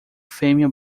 fêmea